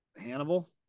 hannibal